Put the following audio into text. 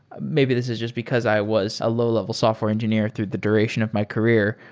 maybe this is just because i was a low-level software engineer through the duration of my career.